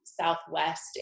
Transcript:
Southwest